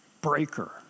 breaker